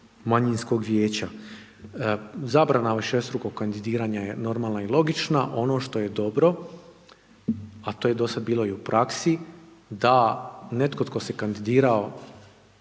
manjinskog vijeća. Zabrana višestrukog kandidiranja je normalna i logična, ono što je dobro, a to je dosad bilo i u praksi, da netko tko se kandidirao